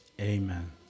Amen